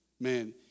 Man